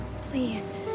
Please